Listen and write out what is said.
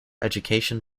education